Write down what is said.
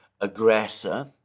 aggressor